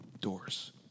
doors